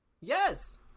yes